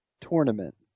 Tournament